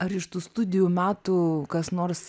ar iš tų studijų metų kas nors